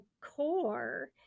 core